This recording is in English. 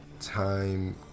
time